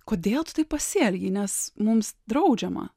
kodėl taip tu pasielgei nes mums draudžiama